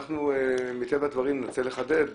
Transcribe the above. מטבע הדברים נרצה לחדד,